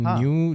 new